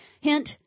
Hint